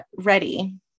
ready